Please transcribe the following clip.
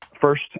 first